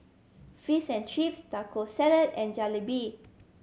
Fish and Chips Taco Salad and Jalebi